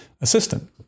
assistant